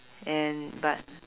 and but